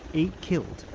eight killed.